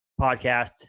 podcast